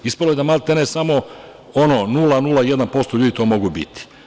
Ispalo je da maltene samo ono 0,01% ljudi to mogu biti.